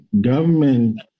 government